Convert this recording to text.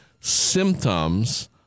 symptoms